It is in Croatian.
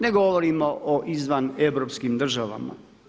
Ne govorimo o izvaneuropskim državama.